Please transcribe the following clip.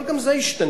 אבל גם זה ישתנה,